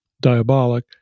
diabolic